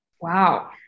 Wow